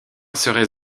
seraient